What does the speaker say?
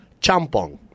Champong